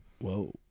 whoa